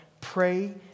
pray